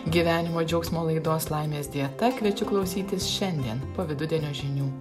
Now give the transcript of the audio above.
gyvenimo džiaugsmo laidos laimės dieta kviečiu klausytis šiandien po vidudienio žinių